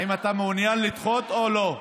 האם אתה מעוניין לדחות או לא?